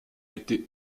été